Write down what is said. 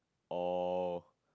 or